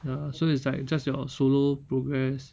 ya so it's like just your solo progress